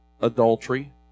adultery